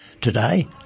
Today